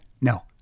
No